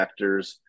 vectors